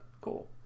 cool